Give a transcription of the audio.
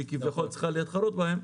שהיא כביכול צריכה להתחרות בהם,